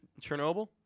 Chernobyl